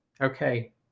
okay